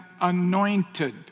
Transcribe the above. anointed